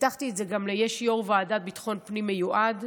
והבטחתי את זה גם ליו"ר הוועדה לביטחון הפנים המיועד,